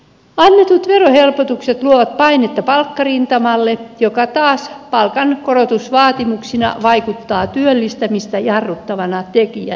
annetut verohelpotukset luovat painetta palkkarintamalle joka taas palkankorotusvaatimuksina vaikuttaa työllistämistä jarruttavana tekijänä